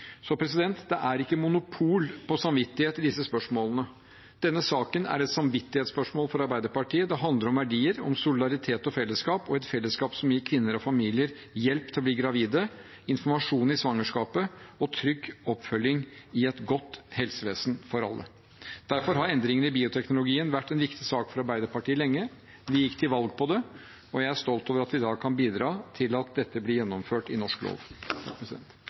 Det er ikke monopol på samvittighet i disse spørsmålene. Denne saken er et samvittighetsspørsmål for Arbeiderpartiet. Det handler om verdier, om solidaritet og fellesskap, og et fellesskap som gir kvinner og familier hjelp til å bli gravide, informasjon i svangerskapet og trygg oppfølging i et godt helsevesen for alle. Derfor har endringene i bioteknologiloven vært en viktig sak for Arbeiderpartiet lenge. Vi gikk til valg på det, og jeg er stolt over at vi i dag kan bidra til at dette blir gjennomført i norsk lov.